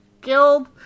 killed